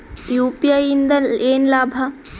UPI ಇಂದ ಏನ್ ಲಾಭ?